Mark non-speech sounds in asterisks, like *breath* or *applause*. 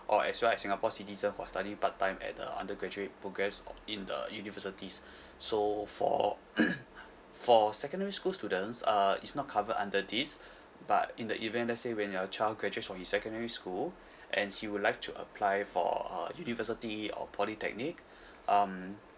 or as well as singapore citizen for studying part time at a undergraduate progress o~ in the universities *breath* so for *coughs* for secondary school students uh it's not covered under this but in the event let's say when your child graduates from his secondary school and he would like to apply for a university or polytechnic *breath* um